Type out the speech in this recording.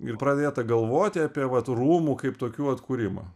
ir pradėta galvoti apie vat rūmų kaip tokių atkūrimą